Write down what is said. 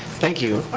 thank you.